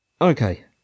Okay